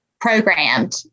programmed